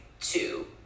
two